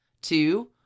Two